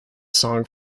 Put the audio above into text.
song